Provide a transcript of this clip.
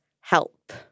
Help